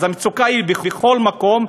אז המצוקה היא בכל מקום,